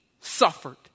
suffered